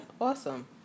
awesome